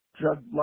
drug